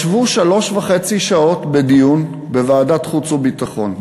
ישבו 3.5 שעות בדיון בוועדת חוץ וביטחון,